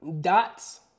Dots